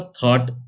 thought